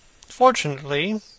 Fortunately